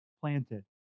planted